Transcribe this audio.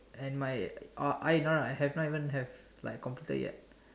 and my uh I no no I have not even like have completed yet